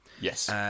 Yes